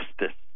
Justice